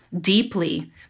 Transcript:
deeply